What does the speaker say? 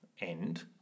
end